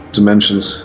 Dimensions